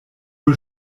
wir